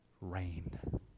rain